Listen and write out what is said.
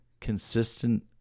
consistent